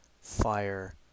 fire